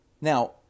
Now